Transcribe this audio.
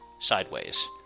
Sideways